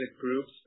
groups